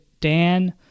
Dan